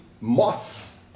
moth